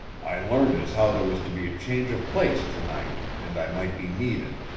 i learned as how there was to be a change of place to-night, and i might be needed.